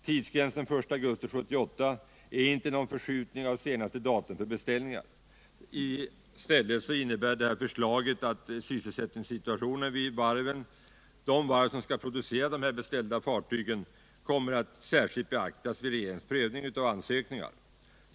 Tidsgränsen 1 augusti 1978 är ingen förskjutning av senaste datum för beställningar. I stället innebär förslaget att sysselsättningssituationen vid de varv som skall producera de beställda fartygen kommer att särskilt beaktas vid regeringens prövning av ansökningarna.